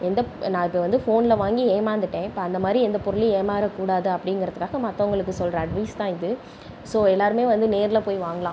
நான் இப்போ வந்து ஃபோனில் வாங்கி ஏமாந்துட்டேன் இப்போ அந்த மாரி எந்த பொருளையும் ஏமாறக்கூடாது அப்படிங்கிறதுக்காக மத்தவங்களுக்கு சொல்கிற அட்வைஸ் தான் இது ஸோ எல்லோருமே வந்து நேரில் போய் வாங்கலாம்